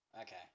Okay